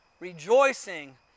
rejoicing